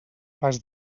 pas